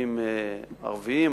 יישובים ערביים,